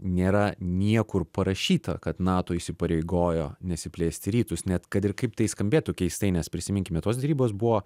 nėra niekur parašyta kad nato įsipareigojo nesiplėsti į rytus net kad ir kaip tai skambėtų keistai nes prisiminkime tos derybos buvo